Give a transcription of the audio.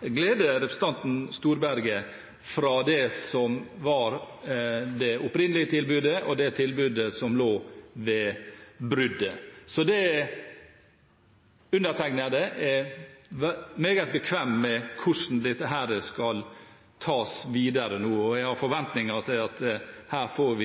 glede representanten Storberget – fra det som var det opprinnelige tilbudet, og det tilbudet som forelå ved bruddet. Så undertegnede er meget bekvem med hvordan dette nå skal tas videre. Jeg har forventninger til at vi her får